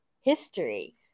history